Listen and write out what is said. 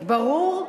ברור.